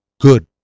good